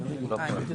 הצבעה אושרה.